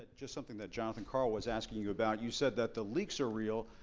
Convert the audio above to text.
just something that jonathan karl was asking you about you said that the leaks are real,